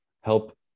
help